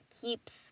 keeps